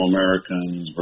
Americans